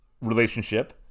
relationship